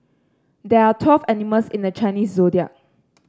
there are twelve animals in the Chinese Zodiac